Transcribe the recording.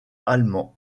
allemand